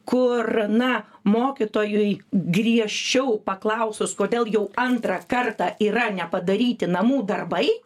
kur na mokytojui griežčiau paklausus kodėl jau antrą kartą yra nepadaryti namų darbai